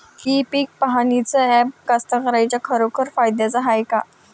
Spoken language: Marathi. इ पीक पहानीचं ॲप कास्तकाराइच्या खरोखर फायद्याचं हाये का?